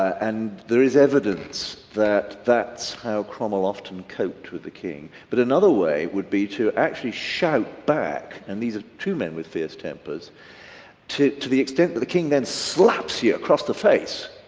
and there is evidence that that's how cromwell often coped with the king but another way would be to actually shout back. and these are two men with fierce tempers to the extent that the king then slaps you across the face,